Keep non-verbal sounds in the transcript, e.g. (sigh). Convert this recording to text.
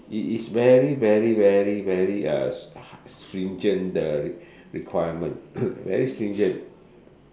it is very very very very uh stringent the requirement (coughs) very stringent